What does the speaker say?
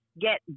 get